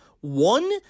One